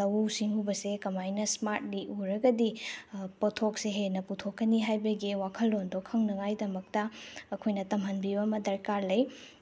ꯂꯧꯎ ꯁꯤꯡꯎꯕꯁꯦ ꯀꯃꯥꯏꯅ ꯁ꯭ꯃꯥꯔꯠꯂꯤ ꯎꯔꯒꯗꯤ ꯄꯣꯊꯣꯛꯁꯦ ꯍꯦꯟꯅ ꯄꯨꯊꯣꯛꯀꯅꯤ ꯍꯥꯏꯕꯁꯤ ꯋꯥꯈꯜꯂꯣꯟꯗꯣ ꯈꯪꯅꯉꯥꯏꯗꯃꯛꯇ ꯑꯩꯈꯣꯏꯅ ꯇꯝꯍꯟꯕꯤꯕ ꯑꯃ ꯗꯔꯀꯥꯔ ꯂꯩ